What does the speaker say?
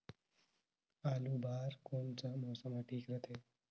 आलू बार कौन सा मौसम ह ठीक रथे?